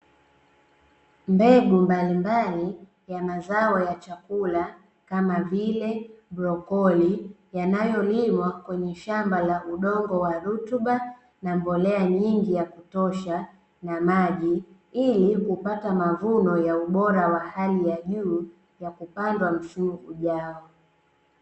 Mbegu mbalimbali ya mazao ya chakula kama vile brokoli, yanayolimwa kwenye shamba la udongo wa rutuba na mbolea nyingi ya kutosha na maji, ili kupata mavuno ya ubora wa hali ya juu ya kupamba vizuri ujao.